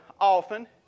often